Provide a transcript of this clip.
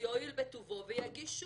שיואיל בטובו ויגיש שוב.